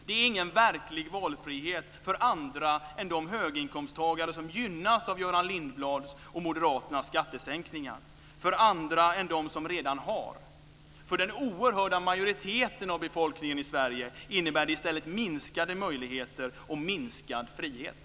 Det är ingen verklig valfrihet för andra än de höginkomsttagare som gynnas av Göran Lindblads och moderaternas skattesänkningar. För andra än dem som redan har, för den oerhörda majoriteten av befolkningen i Sverige, innebär det i stället minskade möjligheter och minskad frihet.